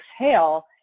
exhale